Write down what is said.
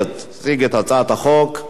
והיא תעבור להמשך דיון בוועדת החינוך,